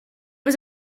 was